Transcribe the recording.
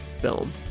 film